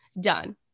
done